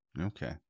Okay